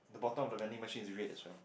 the bottom of the vending machine is red as well